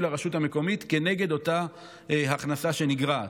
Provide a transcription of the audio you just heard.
לרשות המקומית כנגד אותה הכנסה שנגרעת,